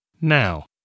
now